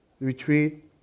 retreat